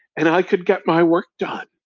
and i could get my work done.